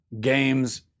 games